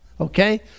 Okay